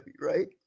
right